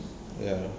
ya